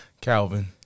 Calvin